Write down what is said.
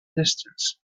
distance